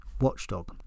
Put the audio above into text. watchdog